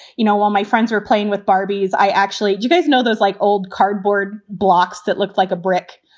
you know, while my friends were playing with barbies, i actually you guys know there's like old cardboard blocks that look like a brick,